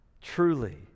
Truly